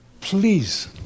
Please